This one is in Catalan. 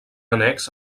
annex